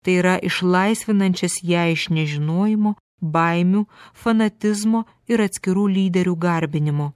tai yra išlaisvinančias ją iš nežinojimo baimių fanatizmo ir atskirų lyderių garbinimo